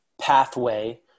pathway